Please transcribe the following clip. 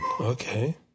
Okay